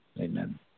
Amen